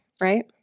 right